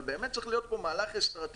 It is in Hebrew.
אבל באמת צריך להיות פה מהלך אסטרטגי